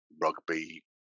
rugby